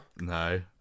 No